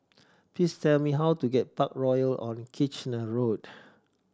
please tell me how to get Parkroyal on Kitchener Road